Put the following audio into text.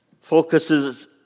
focuses